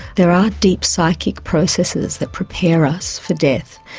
there are deep psychic processes that prepare us for death,